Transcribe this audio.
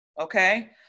Okay